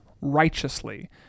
righteously